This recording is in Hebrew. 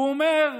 והוא אומר: